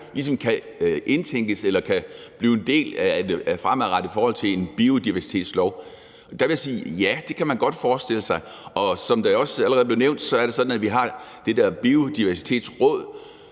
ligesom kan indtænkes eller blive en del af det fremadrettede i forhold til en biodiversitetslov, vil jeg sige, at ja, det kan man godt forestille sig. Og som det også allerede er blevet nævnt, er det sådan, at vi har det der Biodiversitetsråd,